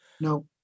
no